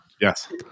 Yes